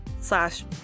slash